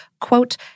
quote